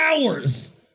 hours